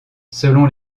selon